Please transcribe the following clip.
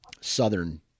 Southern